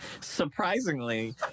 Surprisingly